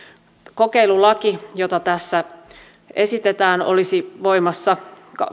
kokeilulaki jota tässä esitetään olisi voimassa